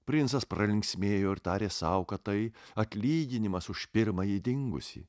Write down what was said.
princas pralinksmėjo ir tarė sau kad tai atlyginimas už pirmąjį dingusį